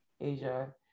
Asia